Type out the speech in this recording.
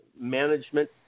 management